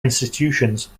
institutions